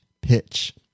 pitch